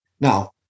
Now